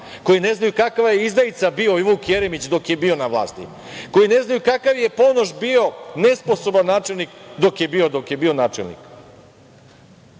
koji ne znaju kakva je izdajica bio i Vuk Jeremić dok je bio na vlasti, koji ne znaju kakav je Ponoš bio nesposoban načelnik dok je bio načelnik.